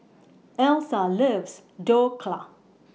Elsa loves Dhokla